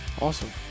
Awesome